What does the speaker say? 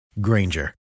Granger